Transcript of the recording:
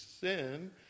sin